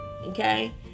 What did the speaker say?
Okay